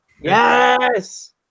Yes